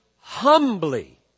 humbly